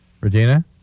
Regina